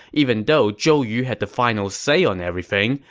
even though zhou yu had the final say on everything,